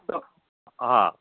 हा